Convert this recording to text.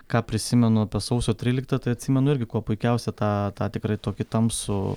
ką prisimenu apie sausio tryliktą tai atsimenu irgi kuo puikiausia tą tą tikrai tokį tamsų